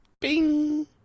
Bing